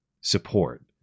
support